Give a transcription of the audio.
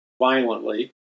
violently